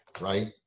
right